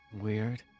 weird